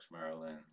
Maryland